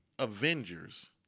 Avengers